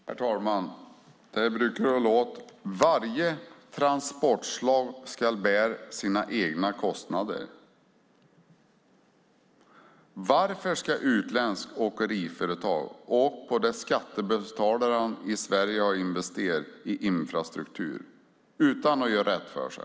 Herr talman! Så här brukar det låta: Varje transportslag ska bära sina egna kostnader. Varför ska utländska åkeriföretag åka på det som skattebetalarna i Sverige har investerat i infrastruktur utan att göra rätt för sig?